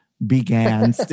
began